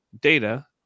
Data